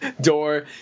door